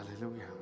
Hallelujah